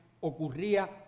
ocurría